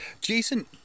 Jason